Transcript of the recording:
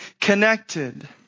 connected